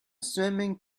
swimming